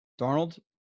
Darnold